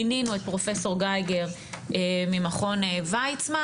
מינינו את פרופסור גייגר ממכון ווייצמן